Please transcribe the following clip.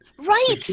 Right